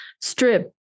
strip